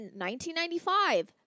1995